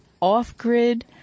off-grid